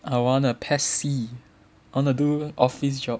I wan a PES C I want to do office job